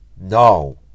No